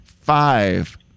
Five